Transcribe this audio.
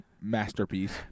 Masterpiece